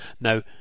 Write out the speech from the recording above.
Now